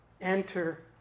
enter